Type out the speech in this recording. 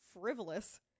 frivolous